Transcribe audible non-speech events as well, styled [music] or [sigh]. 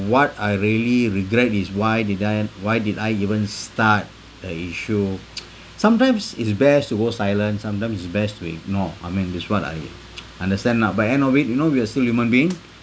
what I really regret is why did I why did I even start a issue [noise] sometimes it's best to go silent sometimes it's best to ignore I mean that's what I [noise] understand lah but end of it you know we are still human being